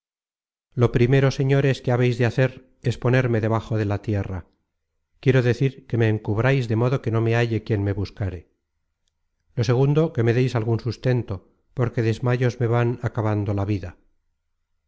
lo primero señores que habeis de hacer es ponerme debajo de la tierra quiero decir que me encubrais de modo que no me halle quien me buscáre lo segundo que me deis algun sustento porque desmayos me van acabando la vida